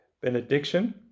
benediction